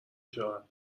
شود